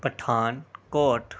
Pathankot